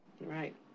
Right